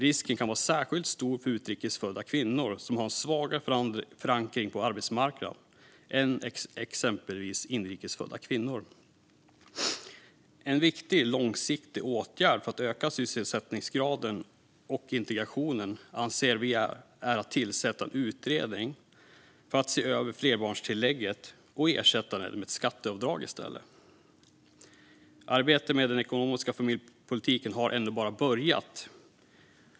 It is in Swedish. Risken kan vara särskilt stor för utrikes födda kvinnor som har en svagare förankring på arbetsmarknaden än exempelvis inrikes födda kvinnor. En långsiktigt viktig åtgärd för att öka sysselsättningsgraden och integrationen anser vi är att tillsätta en utredning för att se över flerbarnstillägget och ersätta det med ett skatteavdrag i stället. Arbetet med den ekonomiska familjepolitiken har ännu bara börjat.